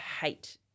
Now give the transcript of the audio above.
hate